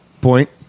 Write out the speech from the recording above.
Point